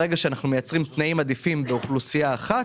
ברגע שאנחנו מייצרים תנאים עדיפים באוכלוסייה אחת,